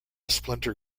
splinter